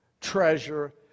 treasure